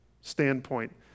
standpoint